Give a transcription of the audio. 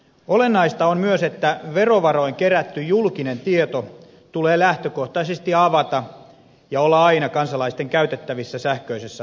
olennaista on myös että verovaroin kerätty julkinen tieto tulee lähtökohtaisesti avata ja sen tulee olla aina kansalaisten käytettävissä sähköisessä muodossa